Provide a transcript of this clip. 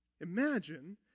Imagine